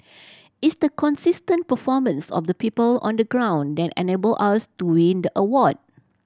it's the consistent performance of the people on the ground that enabled us to win the award